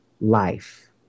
life